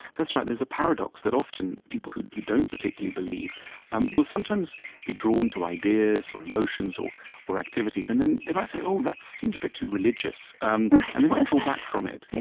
that's right. there's a paradox that often people who don't particularly believe and will sometimes be drawn to ideas, or emotions, or or activities, and then they might say, oh, that seems a bit too religious, and they might draw back from it.